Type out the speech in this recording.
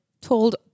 told